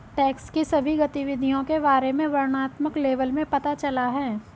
tax की सभी गतिविधियों के बारे में वर्णनात्मक लेबल में पता चला है